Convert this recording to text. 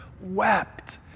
wept